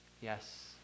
Yes